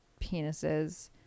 penises